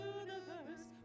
universe